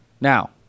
Now